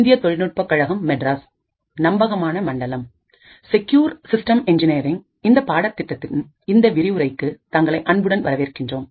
இந்தப் பாடத்திட்டத்தின் இந்த விரிவுரைக்கு தங்களை அன்புடன் வரவேற்கின்றோம்